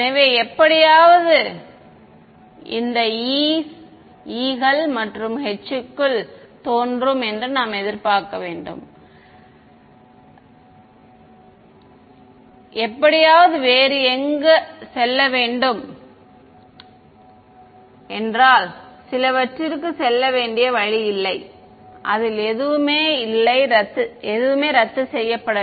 எனவே எப்படியாவது இந்த e கள் இந்த h க்குள் தோன்றும் என்று நாம் எதிர்பார்க்க வேண்டும் எப்படியாவது வேறு எங்கு செல்ல வேண்டும் என்றால் சிலவற்றிற்கு செல்ல வேண்டிய வழி இல்லை அதில் எதுவுமே இல்லை ரத்து செய்யப்படும்